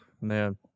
man